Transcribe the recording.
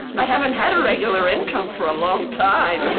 i haven't had a regular income for a long time.